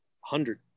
hundred